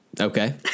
Okay